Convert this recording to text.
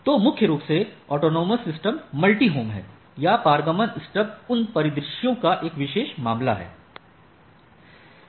तो मुख्य रूप से ऑटॉनमस सिस्टम मल्टी होम हैं या पारगमन स्टब उन परिदृश्यों का एक विशेष मामला है